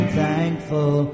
thankful